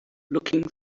looking